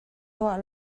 tuah